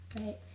right